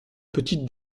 petite